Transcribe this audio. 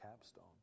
capstone